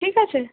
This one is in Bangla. ঠিক আছে